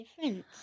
difference